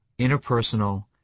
interpersonal